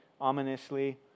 ominously